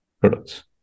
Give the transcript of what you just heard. products